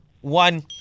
one